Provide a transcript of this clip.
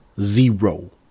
Zero